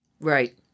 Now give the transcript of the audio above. Right